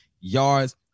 yards